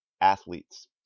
athletes